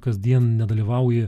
kasdien nedalyvauji